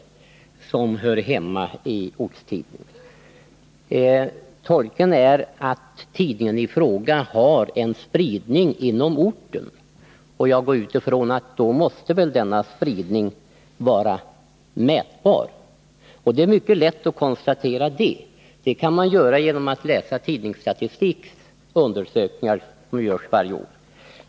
Det är inte bara de som hör hemma bland ortstidningarna. Tolkningen är att tidningen i fråga skall ha en spridning inom orten, och jag utgår från att denna spridning måste vara mätbar. Och det är mycket lätt att konstatera hur stor den är. Det kan man göra genom att läsa Tidningsstatistiks undersökningar, som görs varje år.